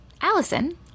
Allison